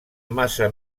massa